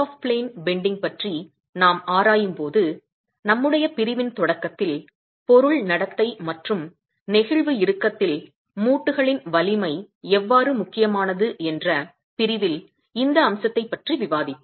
ப்ளேனுக்கு வெளியே வளைந்து போதல் பற்றி நாம் ஆராயும்போது நம்முடைய பிரிவின் தொடக்கத்தில் பொருள் நடத்தை மற்றும் நெகிழ்வு இறுக்கத்தில் மூட்டுகளின் வலிமை எவ்வாறு முக்கியமானது என்ற பிரிவில் இந்த அம்சத்தைப் பற்றி விவாதித்தோம்